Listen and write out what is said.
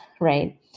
right